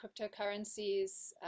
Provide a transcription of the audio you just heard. cryptocurrencies